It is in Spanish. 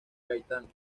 gaitán